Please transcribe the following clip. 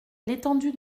l’étendue